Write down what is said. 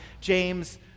James